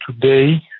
today